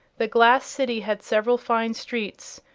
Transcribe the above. the glass city had several fine streets,